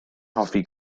hoffi